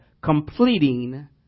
completing